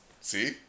see